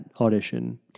audition